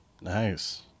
nice